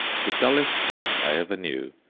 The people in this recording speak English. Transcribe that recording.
the dullest man i ever knew,